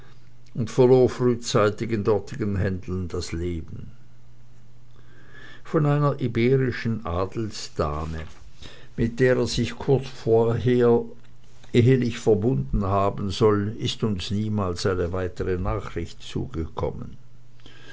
und verlor frühzeitig in dortigen händeln das leben von einer iberischen adelsdame mit der er sich kurz vorher ehelich verbunden haben soll ist uns niemals eine weitere nachricht zugekommen